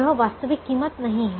यह वास्तविक कीमत नहीं है